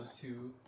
two